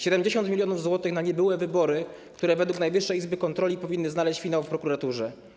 70 mln zł na niebyłe wybory, które wg Najwyższej Izby Kontroli powinny znaleźć finał w prokuraturze.